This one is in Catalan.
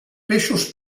peixos